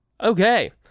Okay